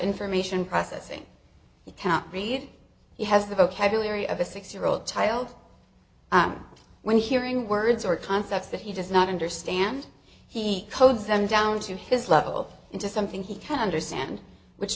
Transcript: information processing you cannot read he has the vocabulary of a six year old child when hearing words or concepts that he does not understand he codes them down to his level into something he can understand which